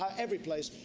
um every place,